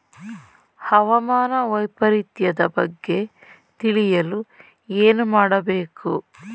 ಹವಾಮಾನ ವೈಪರಿತ್ಯದ ಬಗ್ಗೆ ತಿಳಿಯಲು ಏನು ಮಾಡಬೇಕು?